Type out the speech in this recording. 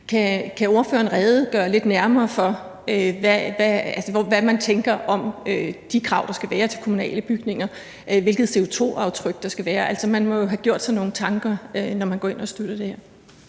Kan ordføreren redegøre lidt nærmere for, hvad man tænker om de krav, der skal være til kommunale bygninger? Hvilket CO2-aftryk skal der være? Altså, man må jo have gjort sig nogle tanker, når man går ind og støtter det her.